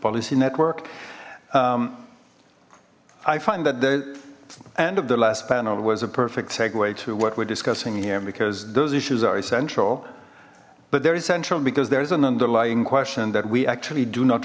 policy network i find that the end of the last panel was a perfect segue to what we're discussing here because those issues are essential but they're essential because there's an underlying question that we actually do not